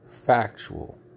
Factual